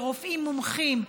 לרופאים מומחים,